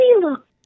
look